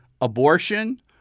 abortion